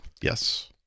Yes